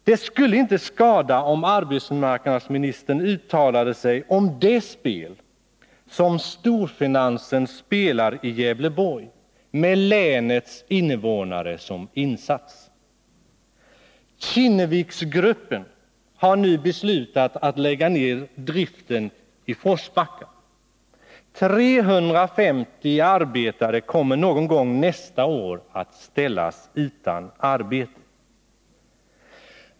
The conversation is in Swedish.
Det skulle inte skada om arbetsmarknadsministern uttalade sig om det spel som storfinansen spelar i Gävleborg med länets invånare som insats. Kinneviksgruppen har nu beslutat att lägga ner driften i Forsbacka. 350 arbetare kommer någon gång nästa år att ställas utan arbete.